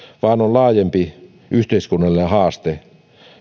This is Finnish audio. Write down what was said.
vaan on laajempi yhteiskunnallinen haaste